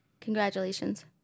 Congratulations